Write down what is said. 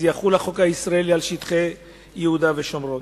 אז יחול החוק הישראלי על שטחי יהודה ושומרון.